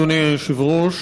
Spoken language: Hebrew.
אדוני היושב-ראש,